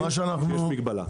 ויש מגבלה.